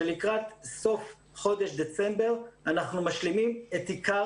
שלקראת סוף חודש דצמבר אנחנו משלימים את עיקר